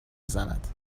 زند